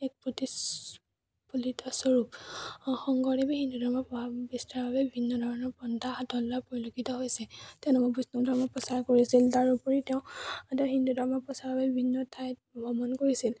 এক প্ৰতিফলিত স্বৰূপ শংকৰদেৱে হিন্দু ধৰ্ম প্ৰভাৱ বিস্তাৰৰ বাবে বিভিন্ন ধৰণৰ পন্থা হাতত লোৱা পৰিলক্ষিত হৈছে তেওঁলোকে বৈষ্ণৱ ধৰ্ম প্ৰচাৰ কৰিছিল তাৰোপৰি তেওঁ তেওঁ হিন্দু ধৰ্মৰ প্ৰচাৰৰ বাবে বিভিন্ন ঠাইত ভ্ৰমণ কৰিছিল